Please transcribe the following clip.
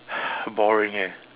boring eh